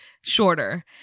shorter